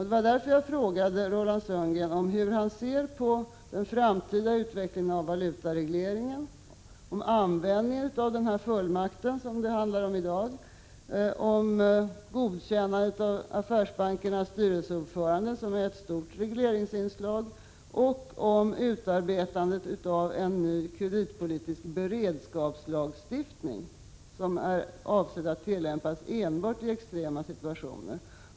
Det var därför jag frågade Roland Sundgren om hur han ser på den framtida utvecklingen när det gäller valutaregleringen, jag frågade om användningen av den här fullmakten som det handlar om i dag, jag frågade om godkännandet av affärsbankernas styrelseordförande, som är ett stort regleringsinslag, och jag frågade om utarbetandet av en ny kreditpolitisk beredskapslagstiftning som är avsedd att tillämpas enbart i extrema situationer.